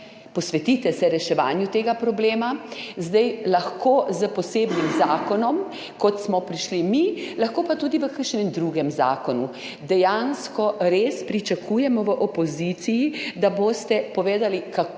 posvetite se reševanju tega problema, lahko s posebnim zakonom, kot smo prišli mi, lahko pa tudi v kakšnem drugem zakonu. Dejansko res pričakujemo v opoziciji, da boste povedali, kako